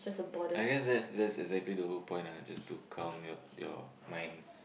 I guess that's that's exactly the whole point ah just to calm your your mind